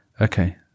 Okay